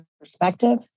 perspective